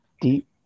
deep